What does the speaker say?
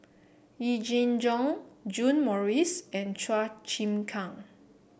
Yee Jenn Jong John Morrice and Chua Chim Kang